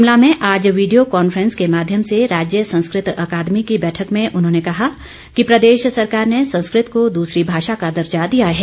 शिमला में आज video conference के माध्यम से राज्य संस्कृत अकादमी की बैठक में उन्होंने कहा कि प्रदेश सरकार ने संस्कृत को दूसरी भाषा का दर्जा दिया है